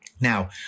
Now